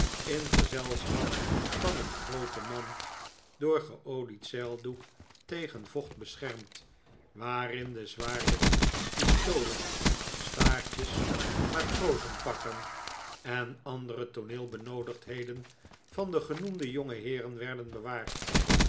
in gezelschap van een groote mand door geolied zeildoek tegen vpcht beschermd waarin de zwaarden pistolen staartjes matrozenpakken en andere tooneelbenoodigdheden van de genoemde jongeheeren werden bewaard